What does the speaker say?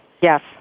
Yes